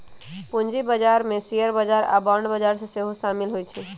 पूजी बजार में शेयर बजार आऽ बांड बजार सेहो सामिल होइ छै